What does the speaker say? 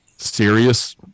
serious